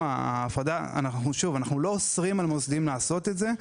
אנחנו לא אוסרים על מוסדיים לעשות את זה;